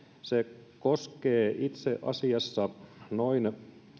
se koskee itse asiassa noin